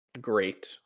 great